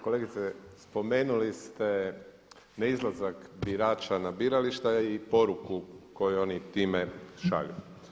Kolegice spomenuli ste neizlazak birača na birališta i poruku koju oni time šalju.